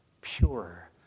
Pure